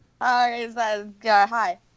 Hi